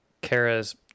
Kara's